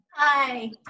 Hi